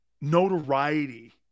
notoriety